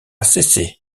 cessé